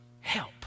help